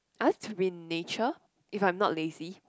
I like to be in nature if I am not lazy